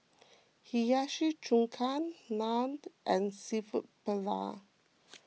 Hiyashi Chuka Naan and Seafood Paella